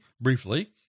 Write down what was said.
briefly